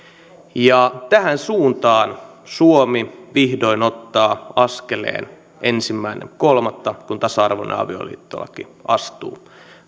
tähän suuntaan suomi vihdoin ottaa askeleen ensimmäinen kolmatta kun tasa arvoinen avioliittolaki astuu